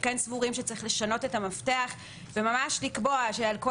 אנחנו סבורים לשנות את המפתח ולקבוע שעל כל